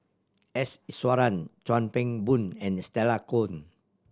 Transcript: S Iswaran Chuan Keng Boon and Stella Kon